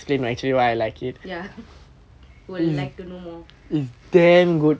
ya will like to know more